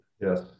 Yes